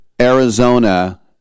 Arizona